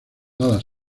alas